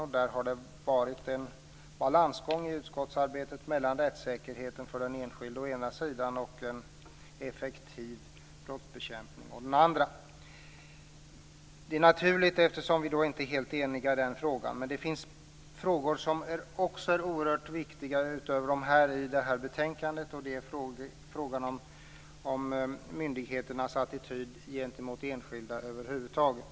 I utskottetsarbetet har det varit en balansgång mellan rättssäkerheten och den enskilde å ena sidan och effektiv brottsbekämpning å den andra. Det är naturligt, eftersom vi inte är helt eniga i den frågan. Men det finns frågor som också är oerhört viktiga utöver dem i betänkandet, och det är bl.a. frågan om myndigheters attityd gentemot den enskilde över huvud taget.